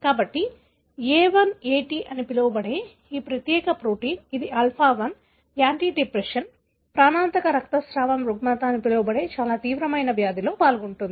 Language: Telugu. కాబట్టి A1AT అని పిలువబడే ఈ ప్రత్యేక ప్రోటీన్ ఇది ఆల్ఫా 1 యాంటీట్రిప్సిన్ ప్రాణాంతక రక్తస్రావం రుగ్మత అని పిలువబడే చాలా తీవ్రమైన వ్యాధిలో పాల్గొంటుంది